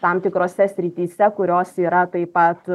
tam tikrose srityse kurios yra taip pat